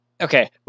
Okay